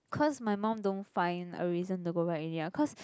cause my mum don't find a reason to go back already ah cause